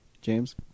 James